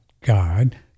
God